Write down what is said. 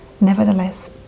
nevertheless